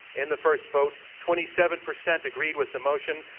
in the first vote, twenty seven percent agreed with the motion,